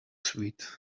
sweet